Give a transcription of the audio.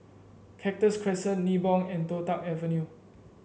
Cactus Crescent Nibong and Toh Tuck Avenue